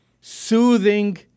soothing